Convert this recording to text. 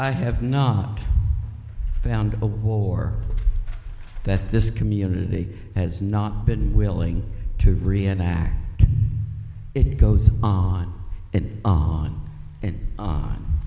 i have not found a war that this community has not been willing to reenact it goes on and on and